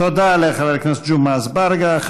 תודה לחבר הכנסת ג'מעה אזברגה.